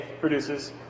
produces